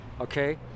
okay